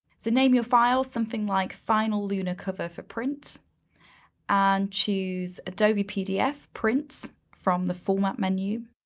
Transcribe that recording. so name your file something like final lunar cover for print and choose adobe pdf prints from the format menu.